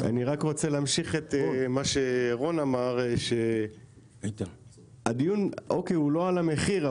אני רק רוצה להמשיך את מה שרון אמר שהדיון אוקי הוא לא על המחיר,